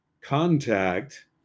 contact